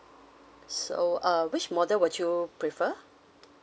so uh which model would you prefer